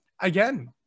again